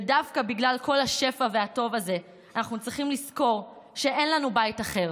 ודווקא בגלל כל השפע והטוב הזה אנחנו צריכים לזכור שאין לנו בית אחר,